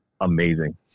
amazing